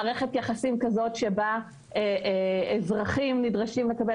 מערכת יחסים כזאת שבה אזרחים נדרשים לקבל